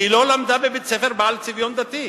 כי היא לא למדה בבית-ספר בעל צביון דתי.